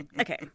Okay